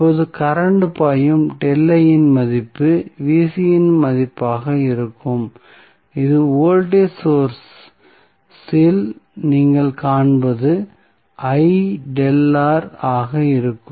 இப்போது கரண்ட் பாயும் இன் மதிப்பு இன் மதிப்பாக இருக்கும் இது வோல்டேஜ் சோர்ஸ் இல் நீங்கள் காண்பது ஆக இருக்கும்